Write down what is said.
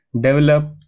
Develop